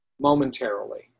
momentarily